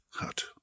hat